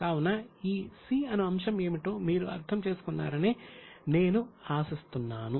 కావున ఈ 'c' అను అంశం ఏమిటో మీరు అర్థం చేసుకున్నారని నేను ఆశిస్తున్నాను